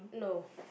no